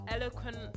eloquent